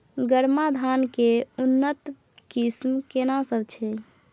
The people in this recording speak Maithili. गरमा धान के उन्नत किस्म केना सब छै?